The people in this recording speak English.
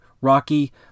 rocky